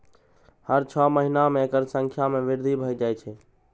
हर छह महीना मे एकर संख्या मे वृद्धि भए जाए छै